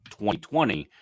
2020